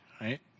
Right